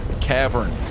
cavern